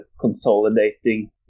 consolidating